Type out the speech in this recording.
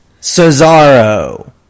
Cesaro